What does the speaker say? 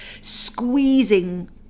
squeezing